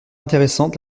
intéressantes